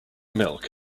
milk